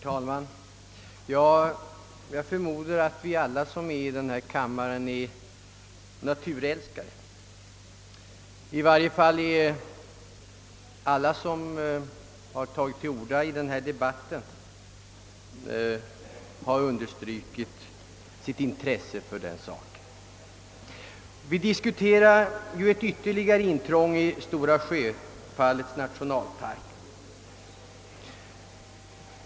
Herr talman! Jag förmodar att vi alla i denna kammare är naturälskare. I varje fall har de som tagit till orda i denna debatt understrukit sitt intresse för naturen. Vi diskuterar ju ett ytterligare intrång i Stora Sjöfallets nationalpark.